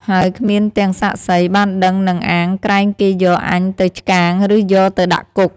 ហើយគ្មានទាំងសាក្សីបានដឹងនឹងអាងក្រែងគេយកអញទៅឆ្កាង ឬយកទៅដាក់គុក” ។